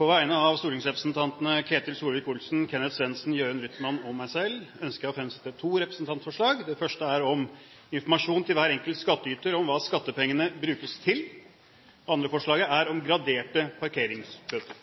På vegne av stortingsrepresentantene Ketil Solvik-Olsen, Kenneth Svendsen, Jørund Rytman og meg selv ønsker jeg å fremsette to representantforslag. Det første er om informasjon til hver enkelt skattyter om hva skattepengene brukes til, det andre forslaget er om graderte parkeringsbøter.